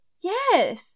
Yes